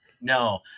No